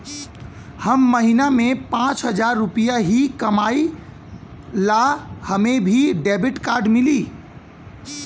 हम महीना में पाँच हजार रुपया ही कमाई ला हमे भी डेबिट कार्ड मिली?